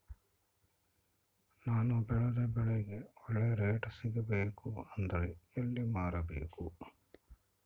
ನಾನು ಬೆಳೆದ ಬೆಳೆಗೆ ಒಳ್ಳೆ ರೇಟ್ ಸಿಗಬೇಕು ಅಂದ್ರೆ ಎಲ್ಲಿ ಮಾರಬೇಕು?